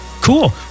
Cool